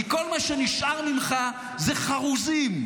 כי כל מה שנשאר ממך זה חרוזים.